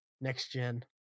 next-gen